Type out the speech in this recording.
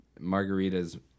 Margaritas